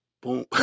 Boom